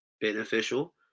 beneficial